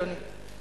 אדוני,